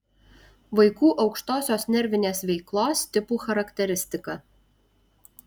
vaikų aukštosios nervinės veiklos tipų charakteristika